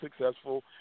successful